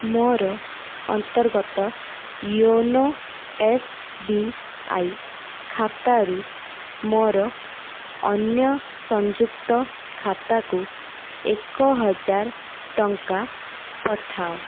ମୋର ଅନ୍ତର୍ଗତ YONO S B I ଖାତାରୁ ମୋର ଅନ୍ୟ ସଂଯୁକ୍ତ ଖାତାକୁ ଏକହଜାର ଟଙ୍କା ପଠାଅ